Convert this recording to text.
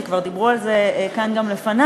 שכבר דיברו על זה כאן גם לפני,